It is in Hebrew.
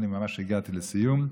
אני ממש הגעתי לסיום.